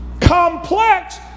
complex